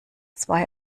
zwei